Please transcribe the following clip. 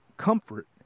comfort